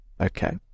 Okay